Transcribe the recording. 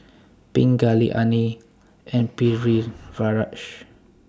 Pingali Anil and Pritiviraj